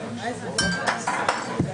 יש בו כמה דברים.